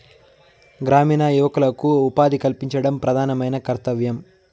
గ్రామీణ యువకులకు ఉపాధి కల్పించడం ప్రధానమైన కర్తవ్యం